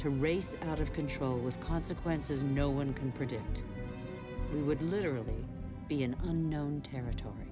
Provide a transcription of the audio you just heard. to race out of control with consequences no one can predict who would literally be an unknown territory